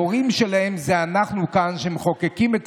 ההורים שלהם הם אנחנו כאן שמחוקקים את